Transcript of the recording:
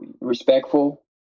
respectful